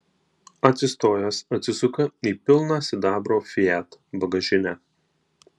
atsistojęs atsisuka į pilną sidabro fiat bagažinę